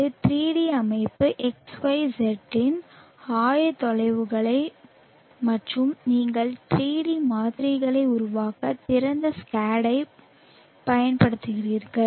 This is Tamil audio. இது 3D அமைப்பு X Y Z இன் ஆயத்தொலைவுகள் மற்றும் நீங்கள் 3D மாதிரிகளை உருவாக்க திறந்த SCAD ஐப் பயன்படுத்துகிறீர்கள்